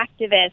activists